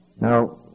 Now